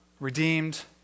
Redeemed